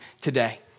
today